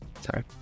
sorry